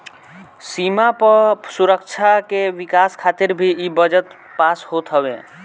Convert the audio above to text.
सीमा पअ सुरक्षा के विकास खातिर भी इ बजट पास होत हवे